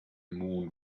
moon